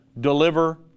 deliver